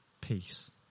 peace